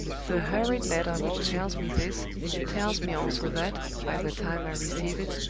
the hurried letter which tells me this tells me also that, by the time i receive it,